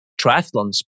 triathlons